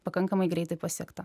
pakankamai greitai pasiekta